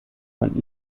von